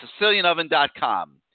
SicilianOven.com